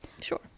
Sure